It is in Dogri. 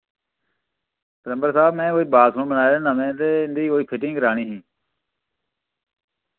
प्लम्बर साहब मैं कोई बाथरूम बनाए नमें ते इं'दी कोई फिटिंग करानी ही